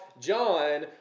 John